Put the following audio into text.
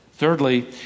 Thirdly